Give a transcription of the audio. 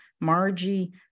Margie